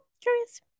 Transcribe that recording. curious